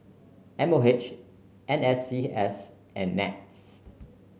M O H N S C S and NETS